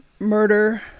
Murder